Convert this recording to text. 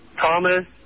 Thomas